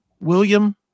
William